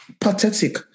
Pathetic